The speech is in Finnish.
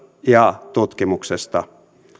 ja tutkimuksesta